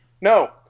no